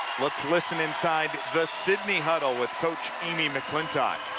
let's listen inside the sidney huddle with coach amy mcclintock.